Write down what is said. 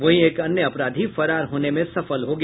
वहीं एक अन्य अपराधी फरार होने में सफल हो गया